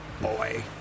boy